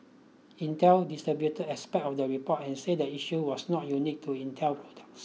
Intel disputed aspect of the report and said the issue was not unique to Intel